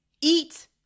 eat